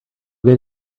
get